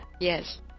Yes